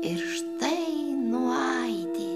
ir štai nuaidi